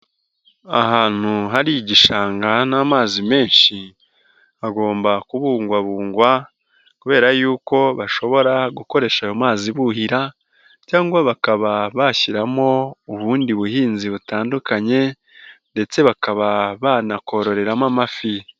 Ahantu hari igishanga n'amazi menshi, hagomba kubungwabungwa kubera yuko bashobora gukoresha ayo mazi buhira cyangwa bakaba bashyiramo ubundi buhinzi butandukanye ndetse bakaba banakororeramo amafi.